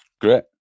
Great